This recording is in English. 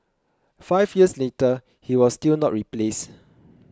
five years later he was still not replaced